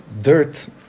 dirt